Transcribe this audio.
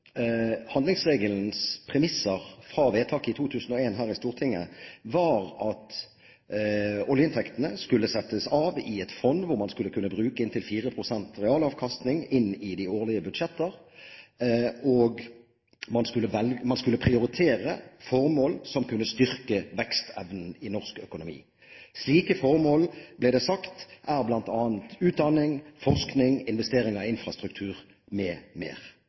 oljeinntektene skulle settes av i et fond hvor man skulle kunne bruke inntil 4 pst. realavkastning inn i de årlige budsjettene, og man skulle prioritere formål som kunne styrke vekstevnen i norsk økonomi. Slike formål, ble det sagt, er bl.a. utdanning, forskning, investering i infrastruktur